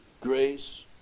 grace